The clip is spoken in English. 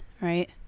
right